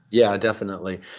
yeah, definitely.